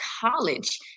college